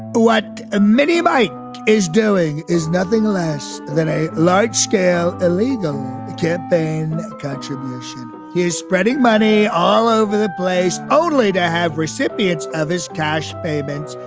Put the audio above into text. what a mini mike is doing is nothing less than a large scale illegal campaign contributions he is spreading money all over the place, only to have recipients of his cash payments.